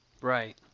Right